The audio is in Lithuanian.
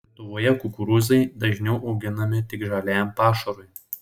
lietuvoje kukurūzai dažniau auginami tik žaliajam pašarui